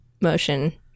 motion